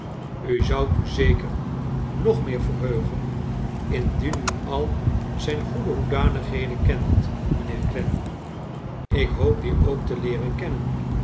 u zoudt u zeker nog meer verheugen indien u al zijn goede hoedanigheden kendet mijnheer clennam ik hoop die ook te leeren kennen